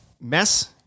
mess